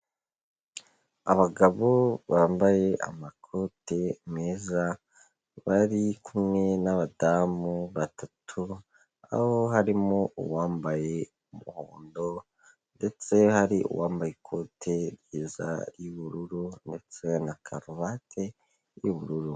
Abagabo bambaye amakoti meza bari kumwe n'abadamu batatu, aho harimo uwambaye umuhondo ndetse hari uwambaye ikote ryiza y'ubururu ndetse na karuvati y'ubururu.